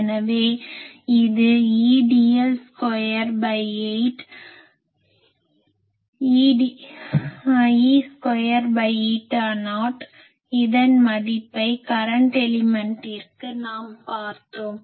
எனவே இது E dl28 E2 eta naught இதன் மதிப்பை கரன்ட் எலிமென்ட்டிற்கு நாம் பார்த்தோம்